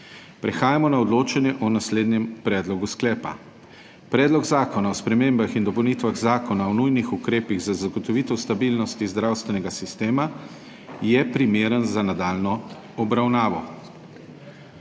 Prehajamo na odločanje o naslednjem predlogu sklepa: Predlog zakona o spremembah in dopolnitvah Zakona o nujnih ukrepih za zagotovitev stabilnosti zdravstvenega sistema je primeren za nadaljnjo obravnavo.